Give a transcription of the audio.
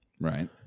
Right